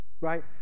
right